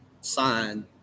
sign